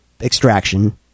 extraction